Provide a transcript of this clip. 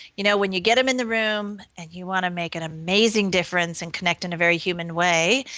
you know when you get them in the room and you want to make an amazing difference and connect in a very human way.